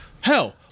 Hell